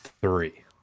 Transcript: three